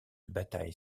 bataille